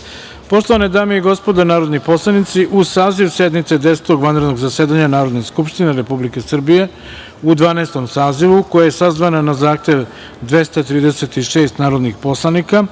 sazivu. Poštovane dame i gospodo narodni poslanici, uz saziv sednice Desetog vanrednog zasedanja Narodne skupštine Republike Srbije u Dvanaestom sazivu, koja je sazvana na zahtev 236 narodnih poslanika,